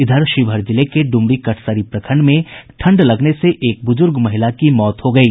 इधर शिवहर जिले के डुमरी कटसरी प्रखंड में ठंड लगने से एक बुजुर्ग महिला की मौत हो गयी